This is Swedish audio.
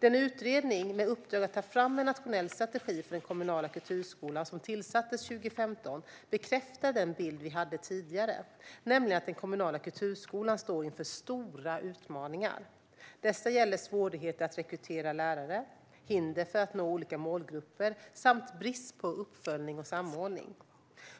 Den utredning med uppdrag att ta fram en nationell strategi för den kommunala kulturskolan som tillsattes 2015 bekräftade den bild vi hade tidigare, nämligen att den kommunala kulturskolan står inför stora utmaningar. Dessa gäller svårigheter att rekrytera lärare, hinder för att nå olika målgrupper samt brist på uppföljning och samordning.